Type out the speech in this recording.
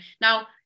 Now